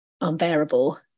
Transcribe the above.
unbearable